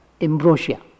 ambrosia